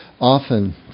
often